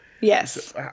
Yes